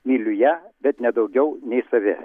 myliu ją bet ne daugiau nei save